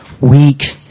weak